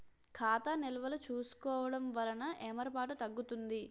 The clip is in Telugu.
ఖాతా నిల్వలు చూసుకోవడం వలన ఏమరపాటు తగ్గుతుంది